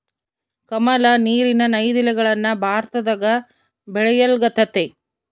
ಕಮಲ, ನೀರಿನ ನೈದಿಲೆಗಳನ್ನ ಭಾರತದಗ ಬೆಳೆಯಲ್ಗತತೆ